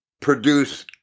produce